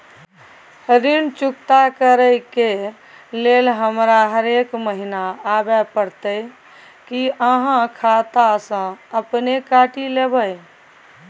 ऋण चुकता करै के लेल हमरा हरेक महीने आबै परतै कि आहाँ खाता स अपने काटि लेबै?